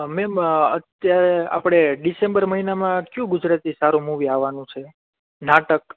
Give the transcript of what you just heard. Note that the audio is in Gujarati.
મેમ અત્યારે આપણે ડીસેમ્બર નમહિનામાં કયું ગુજરાતી સારું મુવી આવવાનું છે નાટક